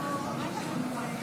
יאיר לפיד, על מה אתה מדבר?